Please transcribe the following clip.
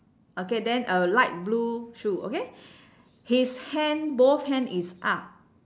okay then a light blue shoe okay his hand both hand is up